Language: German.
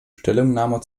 stellungnahme